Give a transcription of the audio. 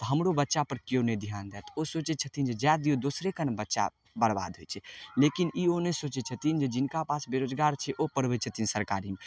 तऽ हमरो बच्चापर केओ नहि धिआन दैत ओ सोचै छथिन जे जाए दिऔ दोसरेके ने बच्चा बरबाद होइ छै लेकिन ई ओ नहि सोचै छथिन जे जिनका पास बेरोजगार छै ओ पढ़बै छथिन सरकारीमे